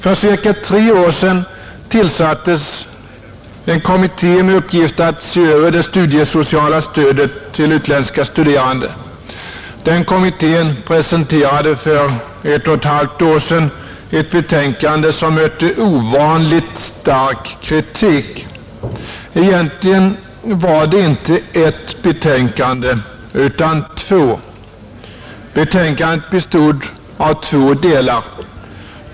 För cirka tre år sedan tillsattes en kommitté med uppgift att se över reglerna för det studiesociala stödet till utländska studerande. Den kommittén presenterade för ett och ett halvt år sedan ett betänkande, som mötte ovanligt stark kritik. Egentligen var det inte ett betänkande utan två. Betänkandet bestod av två delar.